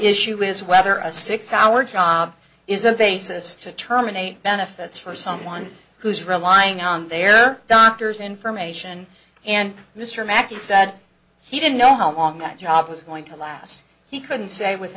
issue is whether a six hour job is a basis to terminate benefits for someone who's relying on their doctor's information and mr makki said he didn't know how long that job was going to last he couldn't say with